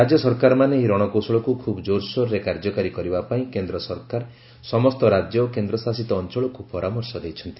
ରାଜ୍ୟ ସରକାରମାନେ ଏହି ରଣକୌଶଳକ୍ ଖ୍ରବ୍ ଜୋରସୋରରେ କାର୍ଯ୍ୟକାରୀ କରିବା ପାଇଁ କେନ୍ଦ୍ର ସରକାର ସମସ୍ତ ରାଜ୍ୟ ଓ କେନ୍ଦ୍ରଶାସିତ ଅଞ୍ଚଳକୁ ପରାମର୍ଶ ଦେଇଛନ୍ତି